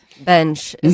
Bench